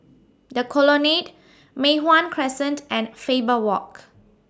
The Colonnade Mei Hwan Crescent and Faber Walk